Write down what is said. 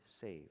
saved